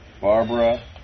Barbara